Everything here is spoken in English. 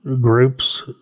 groups